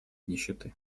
нищеты